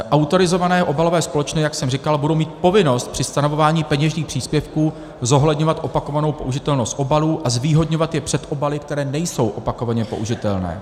Autorizované obalové společnosti, jak jsem říkal, budou mít povinnost při stanovování peněžních příspěvků zohledňovat opakovanou použitelnost obalů a zvýhodňovat je před obaly, které nejsou opakovaně použitelné.